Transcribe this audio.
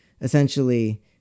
Essentially